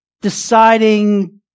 deciding